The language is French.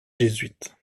jésuites